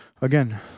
again